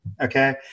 Okay